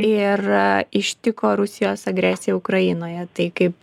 ir ištiko rusijos agresija ukrainoje tai kaip